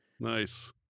Nice